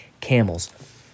camels